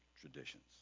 traditions